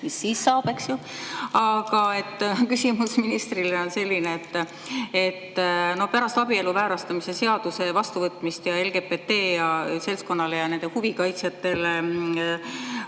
siis saab? Aga küsimus ministrile on selline. Pärast abielu väärastamise seaduse vastuvõtmist on LGBTseltskonnale ja nende huvi kaitsjatele